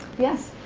yes.